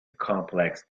complex